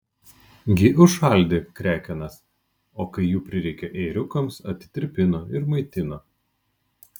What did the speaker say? ji užšaldė krekenas o kai jų prireikė ėriukams atitirpino ir maitino